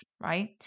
right